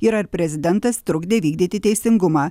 ir ar prezidentas trukdė vykdyti teisingumą